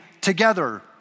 together